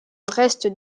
reste